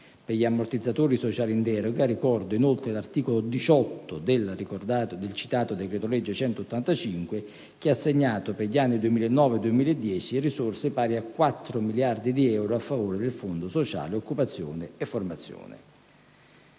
Sugli ammortizzatori sociali in deroga, ricordo inoltre l'articolo 18 del citato decreto-legge n. 185 del 2008, che ha assegnato per gli anni 2009-2010 risorse pari a 4 miliardi di euro a favore del Fondo sociale occupazione e formazione.